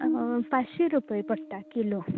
पांचशी रुपय पडटा किलो